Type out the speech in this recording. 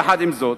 יחד עם זאת,